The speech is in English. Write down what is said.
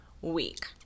week